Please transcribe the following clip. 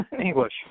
English